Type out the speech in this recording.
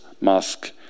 mask